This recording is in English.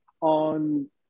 on